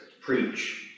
preach